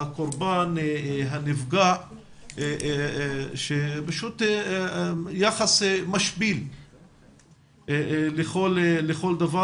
הקורבן הנפגע שפשוט יחס משפיל לכל דבר.